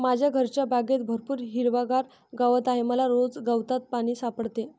माझ्या घरच्या बागेत भरपूर हिरवागार गवत आहे मला रोज गवतात पाणी सापडते